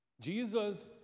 Jesus